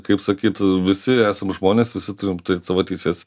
kaip sakyt visi esam žmonės visi turim turėt savo teises